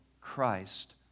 Christ